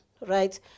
right